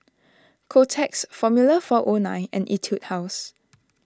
Kotex formula four O nine and Etude House